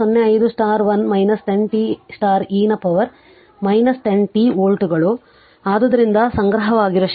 05 1 10 t e ನ power 10 t ವೋಲ್ಟ್ಗಳು ಆದ್ದರಿಂದ ಸಂಗ್ರಹವಾಗಿರುವ ಶಕ್ತಿಯು ಅರ್ಧ Li 2 ಆಗಿದೆ